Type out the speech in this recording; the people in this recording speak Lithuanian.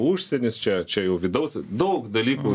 užsienis čia čia jau vidaus daug dalykų